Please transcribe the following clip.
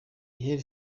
gaël